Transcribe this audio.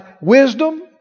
wisdom